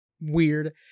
weird